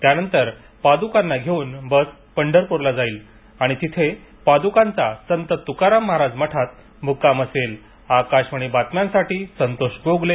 त्यानंतर पादुकांना घेऊन बस पंढरपूरला जाईल आणि तेथे पादुकांचा संत तुकाराम महाराज मठात मुक्काम असेल आकाशवाणी बातम्यांसाठी पुण्याहन संतोष गोगले